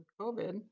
COVID